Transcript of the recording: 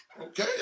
Okay